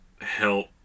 help